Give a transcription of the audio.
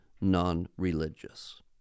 non-religious